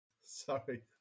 Sorry